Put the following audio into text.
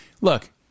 look